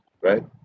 right